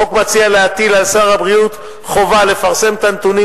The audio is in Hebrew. החוק מציע להטיל על שר הבריאות חובה לפרסם את הנתונים